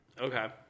Okay